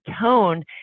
tone